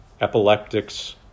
epileptics